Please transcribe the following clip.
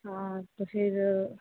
हाँ तो फिर